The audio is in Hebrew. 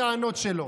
את הטענות שלו.